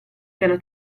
piano